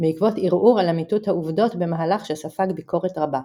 בעקבות ערעור על אמיתות העובדות במהלך שספג ביקורת רבה.